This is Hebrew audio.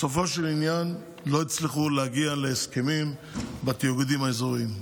בסופו של עניין לא הצליחו להגיע להסכמים בתאגידים האזוריים.